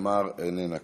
תמר, איננה כאן.